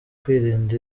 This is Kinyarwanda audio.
kwirinda